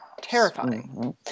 Terrifying